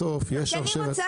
בסוף יש שרשרת --- אני רוצה,